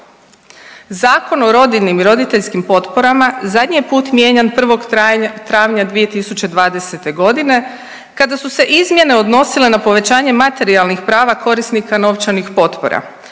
Zakon o rodiljnim i roditeljskim potporama zadnji je put mijenjan 1. travnja 2020.g. kada su se izmjene odnosile na povećanje materijalnih prava korisnika novčanih potpora